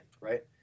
right